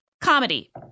Comedy